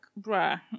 bruh